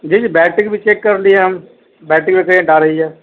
جی جی بیٹری بھی چیک کرلیے ہم بیٹری میں کرنٹ آ رہی ہے